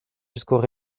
jusqu’aux